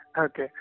Okay